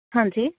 ਹਾਂਜੀ